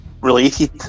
related